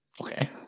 Okay